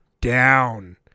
down